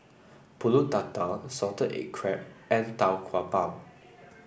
pulut Tatal Salted Egg Crab and Tau Kwa Pau